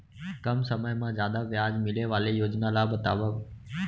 कम समय मा जादा ब्याज मिले वाले योजना ला बतावव